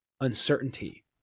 uncertainty